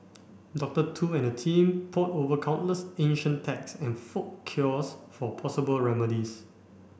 Doctor Tu and her team pored over countless ancient texts and folk cures for possible remedies